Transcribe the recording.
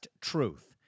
Truth